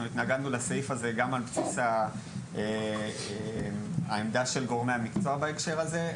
אנחנו התנגדנו לסעיף הזה גם על בסיס העמדה של גורמי המקצוע בהקשר הזה.